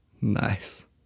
Nice